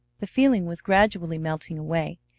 the feeling was gradually melting away,